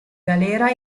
galera